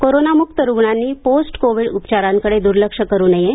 corona मुक्त रुग्णांनी post Covid उपचारांकडे दुर्लक्ष करू नये